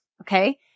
Okay